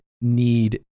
Need